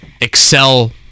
excel